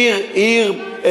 עיר-עיר,